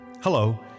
Hello